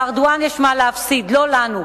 לארדואן יש מה להפסיד, לא לנו.